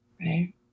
Right